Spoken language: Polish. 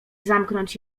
zamknąć